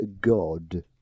God